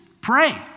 pray